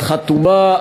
את חתומה,